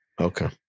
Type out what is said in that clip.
Okay